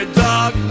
dog